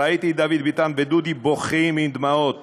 ראיתי את דוד ביטן ודודי בוכים עם דמעות